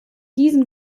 diesen